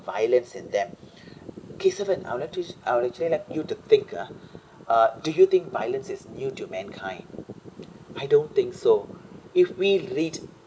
violence in them kesaven I would actually I would actually like you to think ah uh do you think violence is due to mankind I don't think so if we read